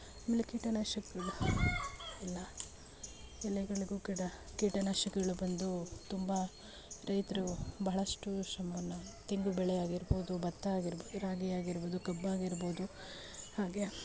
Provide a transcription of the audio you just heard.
ಆಮೇಲೆ ಕೀಟನಾಶಕಗಳು ಎಲ್ಲ ಎಲೆಗಳಿಗೂ ಗಿಡ ಕೀಟನಾಶಕಗಳು ಬಂದು ತುಂಬ ರೈತರು ಬಹಳಷ್ಟು ಶ್ರಮವನ್ನು ತೆಂಗು ಬೆಳೆ ಆಗಿರ್ಬೋದು ಭತ್ತ ಆಗಿರ್ಬೋದು ರಾಗಿ ಆಗಿರ್ಬೋದು ಕಬ್ಬಾಗಿರ್ಬೋದು ಹಾಗೆಯೇ